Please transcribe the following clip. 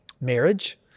marriage